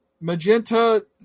Magenta